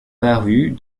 parus